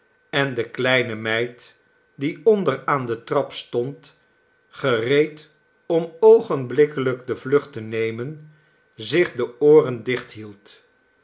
en de kleine meid die onder aan de trap stond gereed om oogenblikkelijk de vlucht te nemen zich de ooren